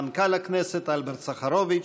מנכ"ל הכנסת אלברט סחרוביץ',